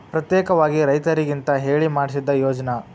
ಪ್ರತ್ಯೇಕವಾಗಿ ರೈತರಿಗಂತ ಹೇಳಿ ಮಾಡ್ಸಿದ ಯೋಜ್ನಾ